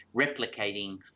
replicating